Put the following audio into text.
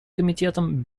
комитетом